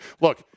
Look